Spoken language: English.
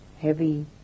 heavy